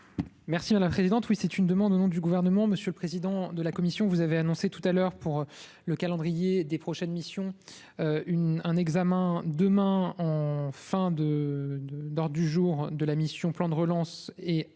Merci à la présidente, oui, c'est une demande au nom du gouvernement, monsieur le président de la commission, vous avez annoncé tout à l'heure pour le calendrier des prochaines missions une un examen demain en fin de de d'du jour de la mission, plan de relance et investir